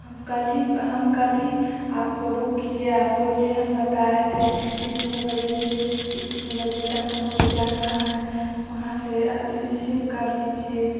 हम कल ही हम कल ही आपको बुक किया आप बोले हम बताये थे इतने बजे से इतने बजे तक हमको जाना है वहाँ से रिसिव कर लीजिए